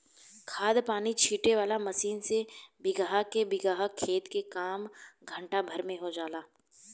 खाद पानी छीटे वाला मशीन से बीगहा के बीगहा खेत के काम घंटा भर में हो जाला